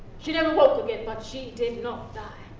she never woke again, but she did not die.